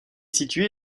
situé